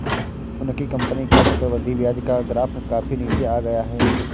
उनकी कंपनी का चक्रवृद्धि ब्याज का ग्राफ काफी नीचे आ गया है